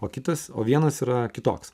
o kitas o vienas yra kitoks